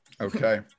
Okay